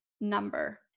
number